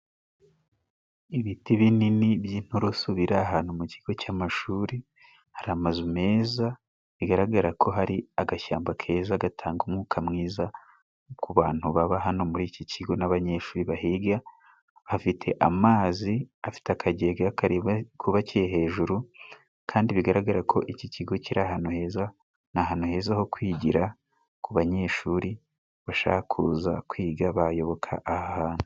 Ibiti binini by'inturusu biri ahantu mu kigo cy'amashuri, hari amazu meza, bigaragara ko hari agashyamba keza, gatanga umwuka mwiza, ku bantu baba hano muri iki kigo, n'abanyeshuri bahiga, hafite amazi afite akagega kari kubakiye hejuru, kandi bigaragara ko iki kigo kiri ahantu heza, ni ahantu heza ho kwigira, ku banyeshuri bashaka kuza kwiga, bayoboka aha hantu.